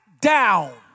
down